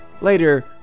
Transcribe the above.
Later